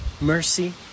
mercy